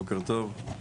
בוקר טוב,